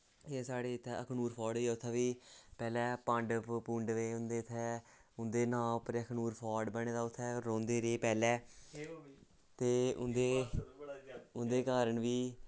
एह् साढ़े इत्थें अखनूर फोट होई गेआ उत्थें बी पैह्लें पांडव पूंडव होंदे हे इत्थैं उं'दे नांऽ उप्पर ऐ अखनूर फोट बने दा उत्थें रौंह्दे रेह् पैह्लें ते उं'दे उं'दे कारण बी